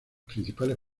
principales